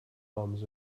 arms